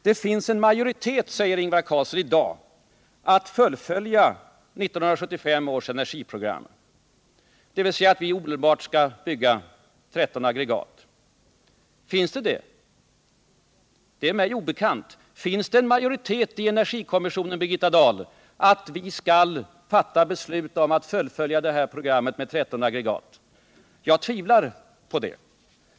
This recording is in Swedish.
Det finns en majoritet, säger Ingvar Carlsson i dag, som är för att helt fullfölja 1975 års energiprogram, dvs. att vi omedelbart skall bygga 13 aggregat. Men finns det en sådan majoritet? Det är mig obekant. Finns det, Birgitta Dahl, i energikommissionen en majoritet för att vi skall fatta beslut om att fullfölja programmet med 13 aggregat? Jag tvivlar på det.